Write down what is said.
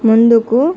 ముందుకు